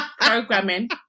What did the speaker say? programming